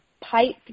pipe